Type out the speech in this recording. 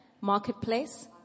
marketplace